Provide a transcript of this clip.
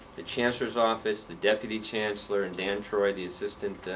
the chancellor's office, the deputy chancellor and dan troy, the assistant